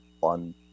on